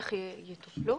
איך יטופלו?